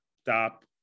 stop